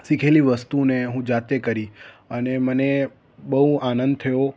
શીખેલી વસ્તુને હું જાતે કરી અને મને બહુ આનંદ થયો